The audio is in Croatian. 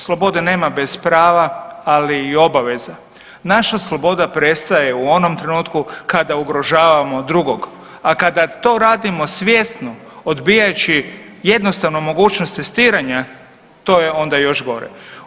Slobode nema bez prava, ali i obaveza, naša sloboda prestaje u onom trenutku kada ugrožavamo drugog, a kada to radimo svjesno odbijajući jednostavnu mogućnost testiranja to je onda još gore.